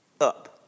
up